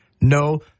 No